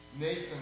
Nathan